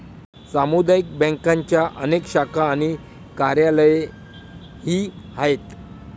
सामुदायिक बँकांच्या अनेक शाखा आणि कार्यालयेही आहेत